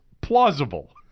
plausible